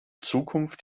zukunft